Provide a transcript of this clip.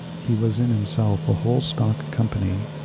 he was in himself a whole stock company.